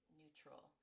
neutral